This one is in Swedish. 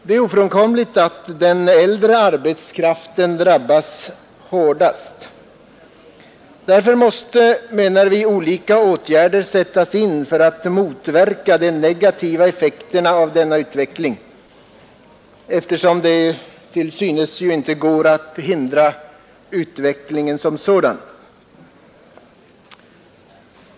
Det är ofrånkomligt att den äldre arbetskraften drabbas hårdast. Därför måste, menar vi, olika åtgärder sättas in för att motverka de negativa effekterna av denna utveckling, eftersom det till synes inte går att hindra utvecklingen som sådan.